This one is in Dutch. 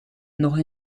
nog